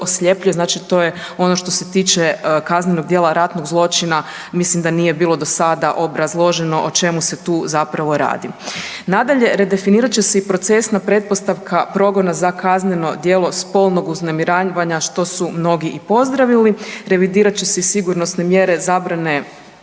Znači to je ono što se tiče kaznenog dijela ratnog zločina. Mislim da nije bilo do sada obrazloženo o čemu se tu zapravo radi. Nadalje, redefinirat će se i procesna pretpostavka progona za kazneno djelo spolnog uznemiravanja što su mnogi i pozdravili. Revidirat će se i sigurnosne mjere zabrane